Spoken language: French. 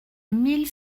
mille